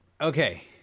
Okay